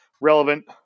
relevant